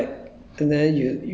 for a while and then